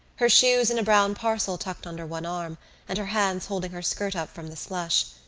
her shoes in a brown parcel tucked under one arm and her hands holding her skirt up from the slush.